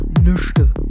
Nüchte